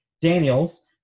Daniels